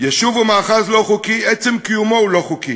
יישוב או מאחז לא חוקי, עצם קיומו הוא לא חוקי,